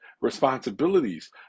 responsibilities